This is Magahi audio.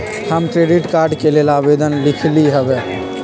हम क्रेडिट कार्ड के लेल आवेदन लिखली हबे